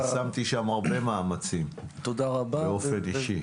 עשיתי שם הרבה מאמצים באופן אישי.